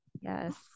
yes